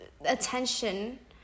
attention